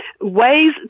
ways